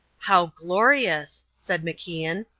how glorious! said macian.